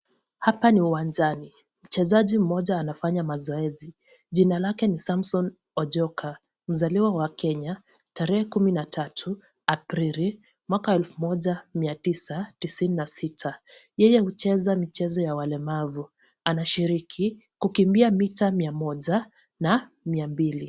Hapa ni uwanjani, mchezaji mmoja anafanya mazoezi. Jina lake ni Samson Ochuka. Mzaliwa wa Kenya, tarehe 13 April 1996. Yeye hucheza michezo ya walemavu. Anashiriki, kukimbia mita mia moja na mia mbili.